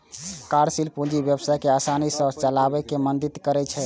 कार्यशील पूंजी व्यवसाय कें आसानी सं चलाबै मे मदति करै छै